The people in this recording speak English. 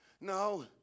no